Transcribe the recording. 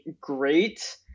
great